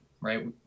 right